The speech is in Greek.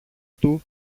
του